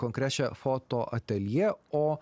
konkrečią fotoateljė o